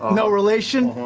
um no relation.